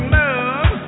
love